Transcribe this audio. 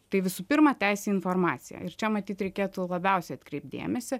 tai visų pirma teisė į informaciją ir čia matyt reikėtų labiausiai atkreipt dėmesį